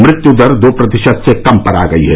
मृत्यू दर दो प्रतिशत से कम पर आ गई है